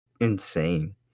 insane